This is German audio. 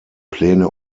pläne